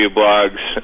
blogs